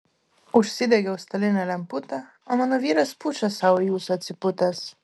užsidegiau stalinę lemputę o mano vyras pučia sau į ūsą atsipūtęs